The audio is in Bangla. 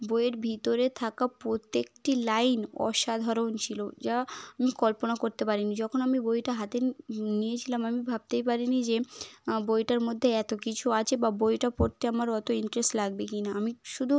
বইয়ের ভিতরে থাকা প্রত্যেকটি লাইন অসাধারণ ছিল যা আমি কল্পনাও করতে পারিনি যখন আমি বইটা হাতে নিয়েছিলাম আমি ভাবতেই পারিনি যে বইটার মধ্যে এত কিছু আছে বা বইটা পড়তে আমার অত ইন্টারেস্ট লাগবে কি না আমি শুধু